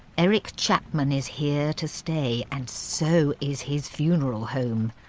eric chapman is here to stay and so is his funeral home.